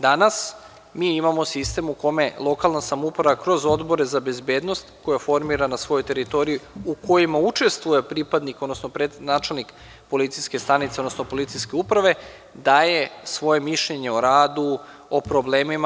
Danas mi imao sistem u kome lokalna samouprava kroz odbore za bezbednost, koje formira na svojoj teritoriji, u kojima učestvuje pripadnik, odnosno načelnik policijske stanice, odnosno policijske uprave, daje svoje mišljenje o radu i o problemima.